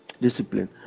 discipline